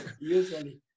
usually